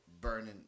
burning